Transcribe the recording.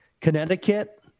Connecticut